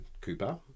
Cooper